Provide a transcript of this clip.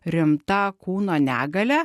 rimta kūno negalia